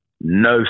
no